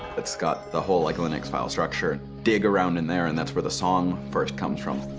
it's got the whole like linux file structure. dig around in there, and that's where the song first comes from,